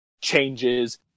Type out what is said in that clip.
changes